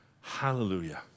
Hallelujah